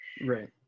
right